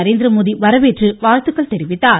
நரேந்திரமோடி வரவேற்று வாழ்த்துக்கள் தெரிவித்தார்